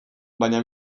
baina